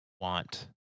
want